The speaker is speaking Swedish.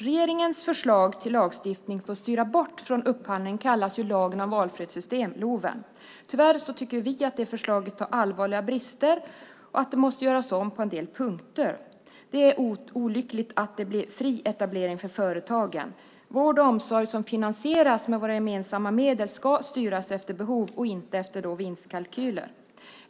Regeringens förslag till lagstiftning för att styra bort från upphandling - lagen om valfrihetssystem, LOV har tyvärr, tycker vi allvarliga brister och måste göras om på en del punkter. Det är olyckligt att det blir fri etablering för företagen. Vård och omsorg som finansieras med våra gemensamma medel ska styras efter behov, inte efter vinstkalkyler.